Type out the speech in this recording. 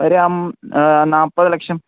ഒരം നാൽപ്പത് ലക്ഷം